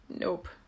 nope